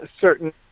certain